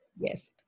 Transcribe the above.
yes